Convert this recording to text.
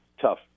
tough